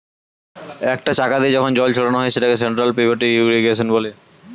একটা চাকা দিয়ে যখন জল ছড়ানো হয় সেটাকে সেন্ট্রাল পিভট ইর্রিগেশনে